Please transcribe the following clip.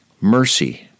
Mercy